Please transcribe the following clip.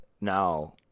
now